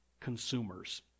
consumers